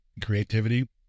Creativity